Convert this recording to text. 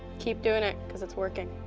keep doing it, cause it's working.